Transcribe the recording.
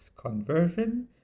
conversion